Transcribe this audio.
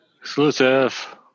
Exclusive